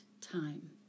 time